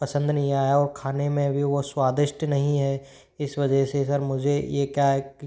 पसंद नहीं आया वो खाने में भी वो स्वादिष्ट नहीं है इस वजह से सर मुझे ये क्या है कि